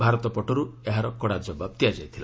ଭାରତ ପଟରୁ ଏହାର କଡ଼ା ଜବାବ ଦିଆଯାଇଥିଲା